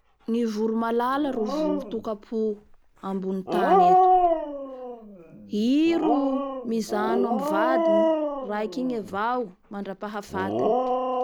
Ny voro malala ro voro tokampo ambonin'ny tany eto i ro mijano amin'ny vadiny raiky igny avao mandrapaha fatiny